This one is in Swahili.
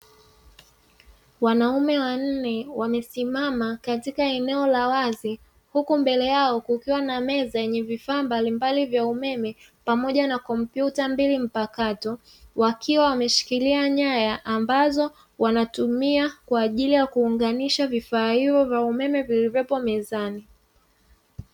Wanaume wanne wamesimama katika eneo la wazi, huku mbele yao kukiwa na meza yenye vifaa mbalimbali vya umeme pamoja na kompyuta mbili mpakato; wakiwa wameshikilia nyaya ambazo wanatumia kwa ajili ya kuunganisha vifaa hivyo vya umeme vilivyopo mezani.